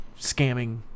scamming